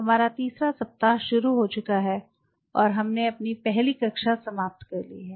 हमारा तीसरा सप्ताह शुरू हो चुका है और हमने अपनी पहली कक्षा समाप्त कर ली है